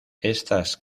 estas